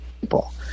people